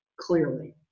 clearly